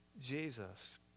Jesus